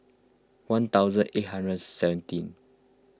one thousand eight hundred seventeen